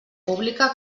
pública